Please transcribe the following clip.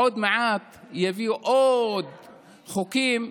עוד מעט יביאו עוד חוקים: